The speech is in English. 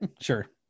sure